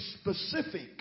specific